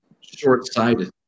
short-sighted